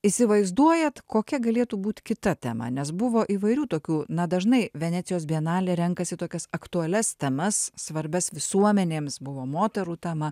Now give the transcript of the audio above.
įsivaizduojat kokia galėtų būt kita tema nes buvo įvairių tokių na dažnai venecijos bienalė renkasi tokias aktualias temas svarbias visuomenėms buvo moterų tema